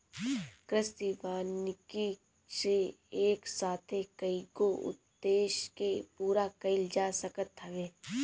कृषि वानिकी से एक साथे कईगो उद्देश्य के पूरा कईल जा सकत हवे